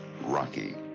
Rocky